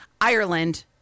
Ireland